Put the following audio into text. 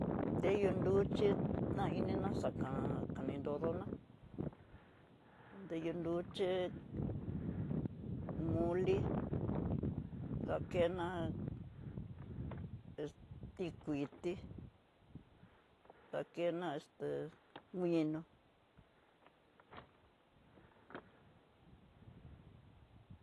Ndeyú nruxi nainá xaka xakani nrodoná ndeyú nruché mole dakena es tikuti dakena esté minó.